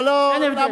אבל למה?